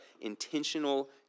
intentional